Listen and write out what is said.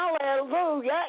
Hallelujah